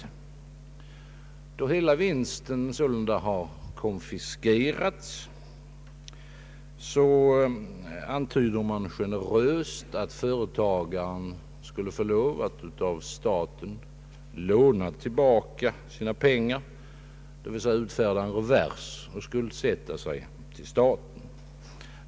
Då hela vinsten sålunda har konfiskerats, antyder man generöst att företagaren av staten skulle få låna tillbaka sina pengar, d.v.s. utfärda en revers och skuldsätta sig till staten.